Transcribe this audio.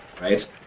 right